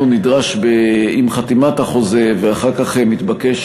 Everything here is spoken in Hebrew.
נדרש עם חתימת החוזה ואחר כך מתבקש,